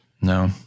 No